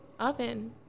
Oven